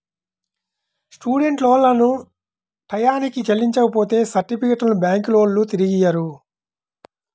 student లోన్లను టైయ్యానికి చెల్లించపోతే సర్టిఫికెట్లను బ్యాంకులోల్లు తిరిగియ్యరు